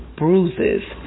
bruises